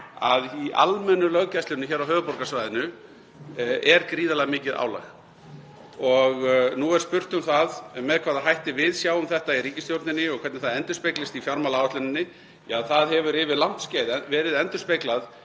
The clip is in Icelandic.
að í almennu löggæslunni hér á höfuðborgarsvæðinu er gríðarlega mikið álag. Nú er spurt um það með hvaða hætti við sjáum þetta í ríkisstjórninni og hvernig það endurspeglist í fjármálaáætluninni. Ja, það hefur yfir langt skeið verið endurspeglað